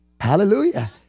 Hallelujah